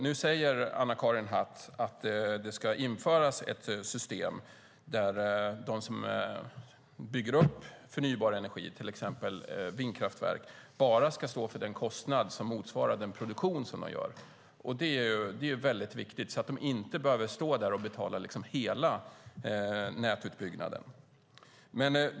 Nu säger Anna-Karin Hatt att det ska införas ett system där de som bygger upp förnybar energi, till exempel vindkraftverk, bara ska stå för den kostnad som motsvarar den produktion som man gör. Det är väldigt viktigt så att de inte behöver stå där och betala hela nätutbyggnaden.